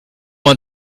man